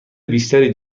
بیشتری